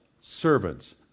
servants